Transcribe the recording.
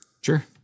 Sure